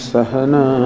Sahana